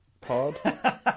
pod